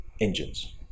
engines